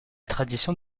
tradition